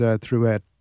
throughout